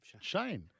Shane